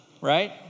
Right